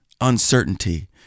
uncertainty